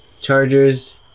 Chargers